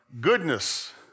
goodness